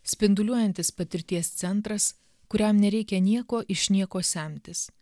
spinduliuojantis patirties centras kuriam nereikia nieko iš nieko semtis